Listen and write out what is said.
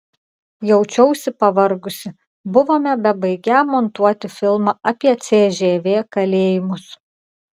jaučiausi pavargusi buvome bebaigią montuoti filmą apie cžv kalėjimus